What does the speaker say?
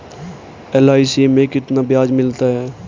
LIC में कितना ब्याज मिलता है?